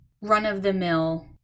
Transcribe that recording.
run-of-the-mill